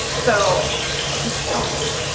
so just don't.